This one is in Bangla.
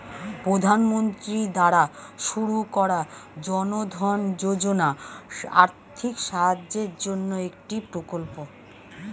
প্রধানমন্ত্রী দ্বারা শুরু করা জনধন যোজনা আর্থিক সাহায্যের জন্যে একটি প্রকল্প